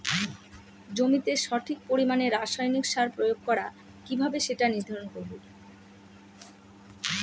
জমিতে সঠিক পরিমাণে রাসায়নিক সার প্রয়োগ করা কিভাবে সেটা নির্ধারণ করব?